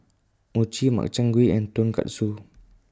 Mochi Makchang Gui and Tonkatsu